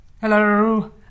Hello